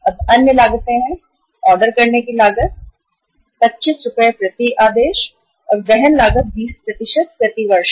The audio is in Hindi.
अब अन्य लागतें हैं ऑर्डर करने की लागत जो कि 25 रु प्रति आदेश है और वहन लागत 20 प्रति वर्ष है